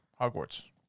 Hogwarts